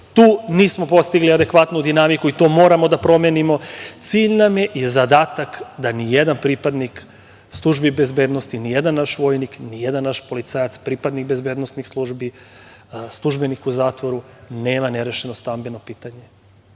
Tu nismo postigli adekvatnu dinamiku i to moramo da promenimo. Cilj nam je i zadatak da ni jedan pripadnik službi bezbednosti, ni jedan naš vojnik, ni jedan naš policajac, pripadnik bezbednosnih službi, službenik u zatvoru nema nerešeno stambeno pitanje,